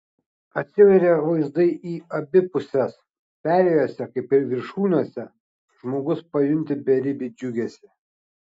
atsiveria vaizdai į abi puses perėjose kaip ir viršūnėse žmogus pajunti beribį džiugesį